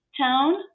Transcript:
Town